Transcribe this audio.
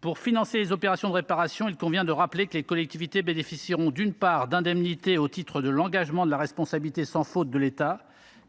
Pour financer leurs opérations de réparation, il convient de rappeler que les collectivités bénéficieront, d’une part, d’indemnités au titre de l’engagement de la responsabilité sans faute de l’État,